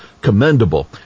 commendable